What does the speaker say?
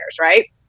right